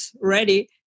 ready